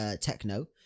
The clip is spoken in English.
techno